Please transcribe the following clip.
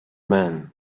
man